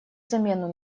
замену